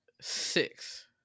six